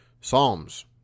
Psalms